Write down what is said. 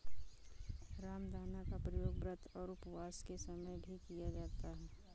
रामदाना का प्रयोग व्रत और उपवास के समय भी किया जाता है